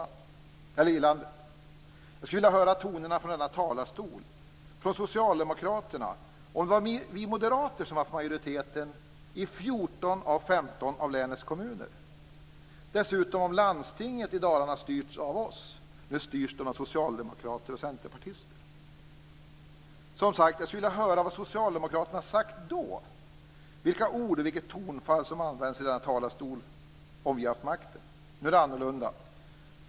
Jag skulle ha velat höra tonerna från Socialdemokraterna i denna talarstol om vi moderater hade haft majoriteten i 14 av 15 kommuner i mitt hemlän. Dessutom skulle landstinget i Dalarna ha styrts av oss. Nu styrs det av socialdemokrater och centerpartister. Jag skulle ha velat höra vad Socialdemokraterna då hade sagt, vilka ord och tonfall som skulle ha använts i talarstolen om vi hade haft makten. Nu är det annorlunda.